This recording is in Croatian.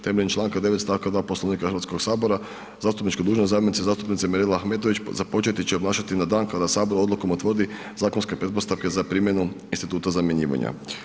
Temeljem čl. 9. stavka 2. Poslovnika Hrvatskog sabora, zastupnička dužnost zamjenice zastupnice Mirela Ahmetović započeti će obnašati na dan kada Sabor odlukom utvrdi zakonske pretpostavke za primjenu instituta zamjenjivanja.